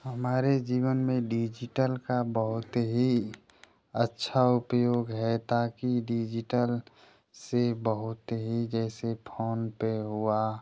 हमारे जीवन में डिजिटल का बहुत ही अच्छा उपयोग है ताकि डिजिटल से बहुत ही जैसे फोनपे हुआ